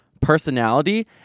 personality